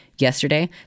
Yesterday